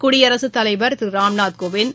குடியரசுத் தலைவர் திருராம்நாத் கோவிந்த்